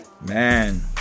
man